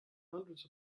hundreds